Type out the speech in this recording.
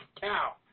cow